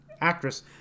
actress